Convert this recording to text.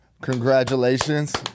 Congratulations